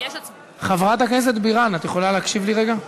את יכולה להקשיב לי רגע?